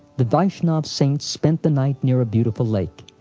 the vaishnava saints spent the night near a beautiful lake,